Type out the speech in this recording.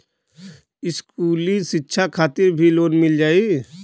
इस्कुली शिक्षा खातिर भी लोन मिल जाई?